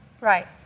Right